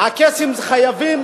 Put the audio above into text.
הקייסים חייבים,